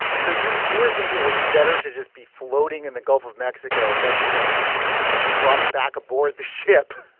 so you you were thinking it would be better to just be floating in the gulf of mexico than to be brought back aboard the ship?